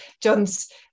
John's